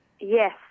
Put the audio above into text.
Yes